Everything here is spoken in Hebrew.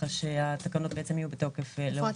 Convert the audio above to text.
ככה שהתקנות יהיו בתוקף לאורך כל התקופה.